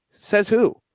says who